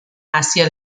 hacia